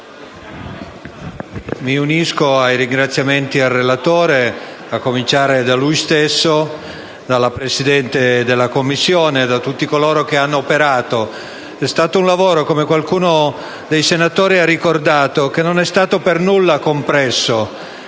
mi unisco ai ringraziamenti del relatore, a cominciare da lui stesso, dalla Presidente della Commissione e da tutti coloro che hanno operato. È stato un lavoro - come qualcuno dei senatori ha ricordato - che non è stato per nulla compresso.